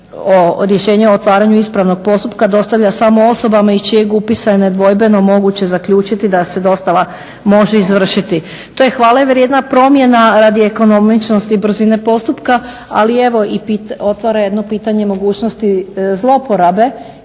rješenje o otvaranju ispravnog postupka dostavlja samo osobama iz čijeg upisa je nedvojbeno moguće zaključiti da se dostava može završiti. To je hvale vrijedna promjena radi ekonomičnosti i brzine postupka ali evo i otvara jedno pitanje mogućnosti zloporabe